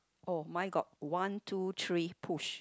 oh mine got one two three push